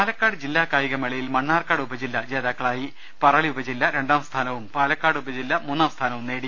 പാലക്കാട് ജില്ല കായികമേളയിൽ മണ്ണാർക്കാട് ഉപ ജില്ലാ ജേതാക്കളായി പറളി ഉപജില്ല രണ്ടാം സ്ഥാനവും പാലക്കാട് ഉപജില്ല മൂന്നാം സ്ഥാനവും നേടി